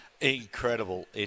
Incredible